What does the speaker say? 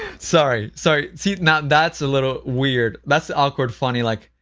sorry, sorry, see, now that's a little weird, that's awkward funny like,